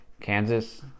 Kansas